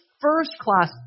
first-class